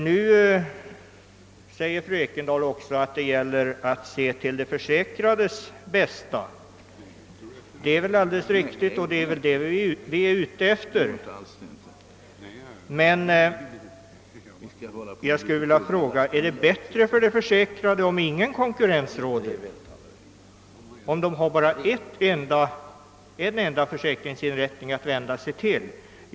Vidare menar fru Ekendahl att det gäller att se till de försäkrades bästa. Det är alldeles klart; det är ju vad vi strävar efter. Men är det bättre för de försäkrade om ingen konkurrens råder, om de har bara en enda försäkringsinrättning att vända sig till?